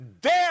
dare